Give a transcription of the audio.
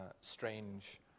strange